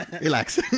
Relax